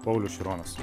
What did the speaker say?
paulius šironas